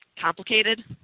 complicated